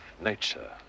nature